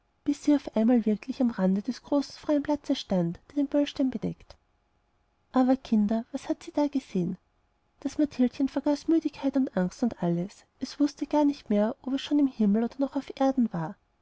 bis sie auf einmal wirklich am rande des großen freien platzes stand der den böllstein bedeckt aber kinder was hat sie da gesehen das mathildchen vergaß müdigkeit und angst und alles es wußte gar nicht mehr ob es schon im himmel oder noch auf erden war